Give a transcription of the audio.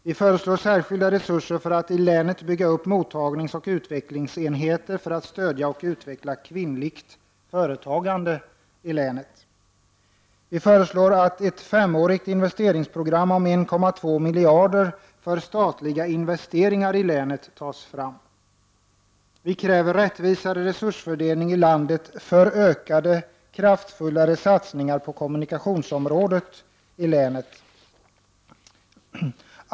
Vi föreslår särskilda resurser för att i länet bygga upp mottagningsoch utvecklingsenheter för att stödja och utveckla kvinnligt företagande i länet. Vi föreslår att ett femårigt investeringsprogram om 1,2 miljarder för statliga investeringar i länet tas fram. Vi kräver rättvisare resursfördelning i landet för ökade och kraftfullare satsningar på kommunikationsområdet i länet.